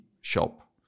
shop